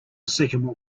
sycamore